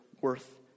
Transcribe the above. worth